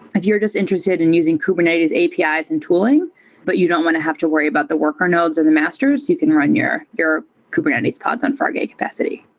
if you're just interested in using kubernetes apis and tooling but you don't want to have to worry about the workers nodes and the masters, you can run your your kubernetes pods on fargate capacity.